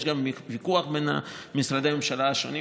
יש גם ויכוח בין משרדי הממשלה השונים,